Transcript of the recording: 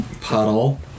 Puddle